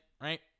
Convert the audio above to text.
right